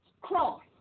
cross